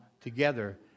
together